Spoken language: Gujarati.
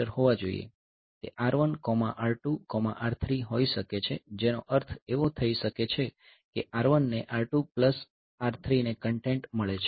તે R1 R2 R3 હોઈ શકે છે જેનો અર્થ એવો થઈ શકે છે કે R1 ને R2 પ્લસ R3 ને કન્ટેન્ટ મળે છે